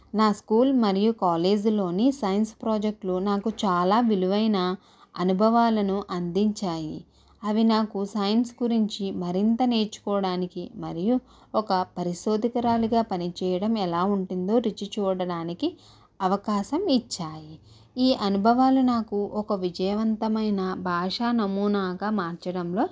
నా స్కూల్ మరియు కాలేజీలోని సైన్స్ ప్రాజెక్ట్లో నాకు చాలా విలువైన అనుభవాలను అందించాయి అవి నాకు సైన్స్ గురించి మరింత నేర్చుకోవడానికి మరియు ఒక పరిశోధకురాలుగా పని చేయడం ఎలా ఉంటుందో రుచి చూడడానికి అవకాశం ఇచ్చాయి ఈ అనుభవాలు నాకు ఒక విజయవంతమైన భాష నమూనాక మార్చడంలో